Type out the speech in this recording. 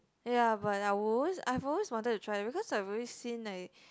ya but I always I always wanted to try because I've already seen like